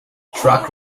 track